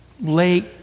lake